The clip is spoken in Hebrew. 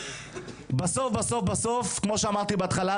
בסוף בסוף בסוף כמו שאמרתי בהתחלה,